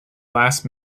last